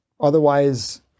Otherwise